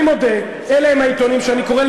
אני מודה: אלה הם העיתונים שאני קורא.